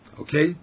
Okay